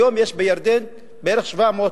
היום יש בירדן בערך 700,000